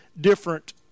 different